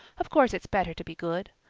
of course it's better to be good.